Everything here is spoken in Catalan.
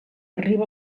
arriba